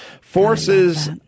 Forces